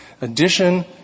Addition